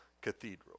Cathedral